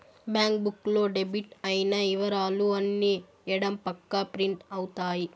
bank book లో debit అయిన ఇవరాలు అన్ని ఎడం పక్క ప్రింట్ అవుతాయి